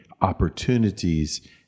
opportunities